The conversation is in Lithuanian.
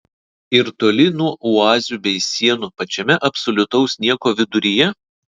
ir toli nuo oazių bei sienų pačiame absoliutaus nieko viduryje